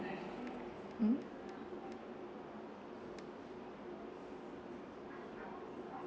hmm